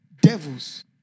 devils